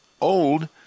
old